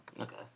Okay